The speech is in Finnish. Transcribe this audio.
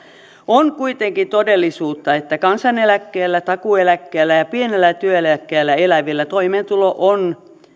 on kuitenkin todellisuutta että kansaneläkkeellä takuueläkkeellä ja pienellä työeläkkeellä elävillä toimeentulo on